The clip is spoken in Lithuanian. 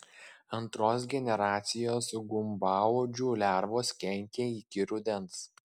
antros generacijos gumbauodžių lervos kenkia iki rudens